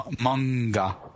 Manga